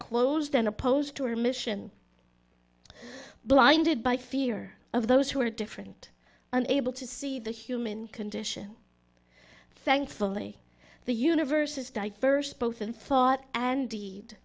closed and opposed to our mission blinded by fear of those who are different unable to see the human condition thankfully the universe is diverse both of thought and deed